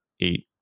eight